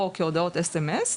או כהודעות סמס,